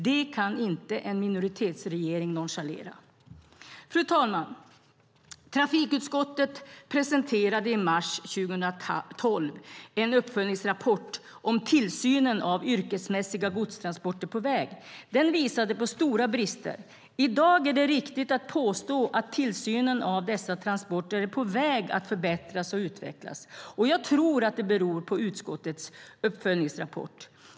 Det kan inte en minoritetsregering nonchalera. Fru talman! Trafikutskottet presenterade i mars 2012 en uppföljningsrapport om tillsynen av yrkesmässiga godstransporter på väg. Den visade på stora brister. I dag är det riktigt att påstå att tillsynen av dessa transporter är på väg att förbättras och utvecklas, och jag tror att det beror på utskottets uppföljningsrapport.